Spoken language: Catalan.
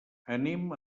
anem